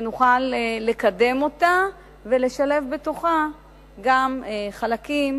ונוכל לקדם אותה ולשלב בתוכה גם חלקים,